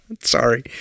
Sorry